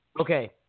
okay